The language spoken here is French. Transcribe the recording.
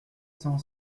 cent